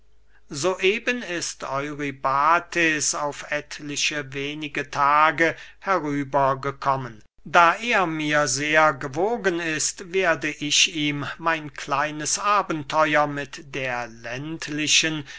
eben ist eurybates auf etliche wenige tage herüber gekommen da er mir sehr gewogen ist werde ich ihm mein kleines abenteuer mit der ländlichen